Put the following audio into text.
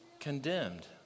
condemned